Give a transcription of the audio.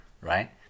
right